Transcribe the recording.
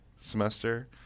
semester